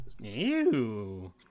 Ew